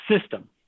system